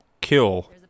kill